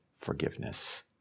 forgiveness